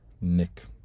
nick